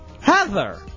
Heather